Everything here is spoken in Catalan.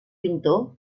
pintor